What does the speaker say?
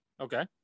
okay